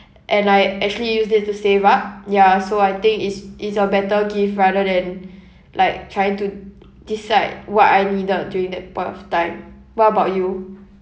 and I actually used it to save up ya so I think is is a better gift rather than like trying to decide what I needed during that point of time what about you